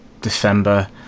December